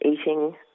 Eating